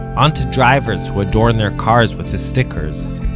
on to drivers who adorned their cars with the stickers,